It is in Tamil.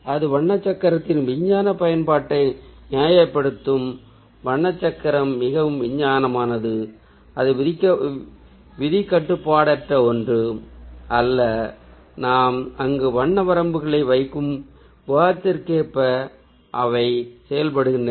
அது வண்ண சக்கரத்தின் விஞ்ஞான பயன்பாட்டை நியாயப்படுத்தும் வண்ண சக்கரம் மிகவும் விஞ்ஞானமானது அது விதிக்கட்டுப்பாடற்ற ஒன்று அல்ல நாம் அங்கு வண்ண வரம்புகளை வைக்கும் விதத்திற்க்கேற்ப அவை செயல்படுகிறது